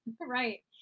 Right